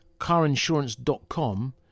carinsurance.com